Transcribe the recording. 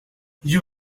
you